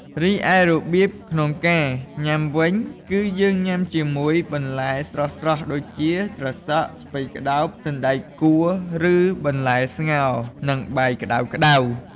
រីឯរបៀបក្នុងការញ៉ាំវិញ គឺយើងញ៉ាំជាមួយបន្លែស្រស់ៗ ដូចជា ត្រសក់ ស្ពៃក្ដោប សណ្ដែកកួរ ឬបន្លែស្ងោរ និងបាយក្តៅៗ។